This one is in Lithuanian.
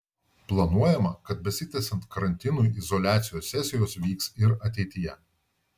planuojama kad besitęsiant karantinui izoliacijos sesijos vyks ir ateityje